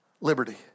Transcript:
Liberty